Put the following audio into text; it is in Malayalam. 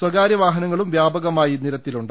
സ്വകാര്യ വാഹനങ്ങളും വ്യാപകമായി നിരത്തിലുണ്ട്